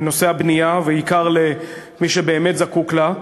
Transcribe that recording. בנושא הבנייה, בעיקר למי שבאמת זקוק לה,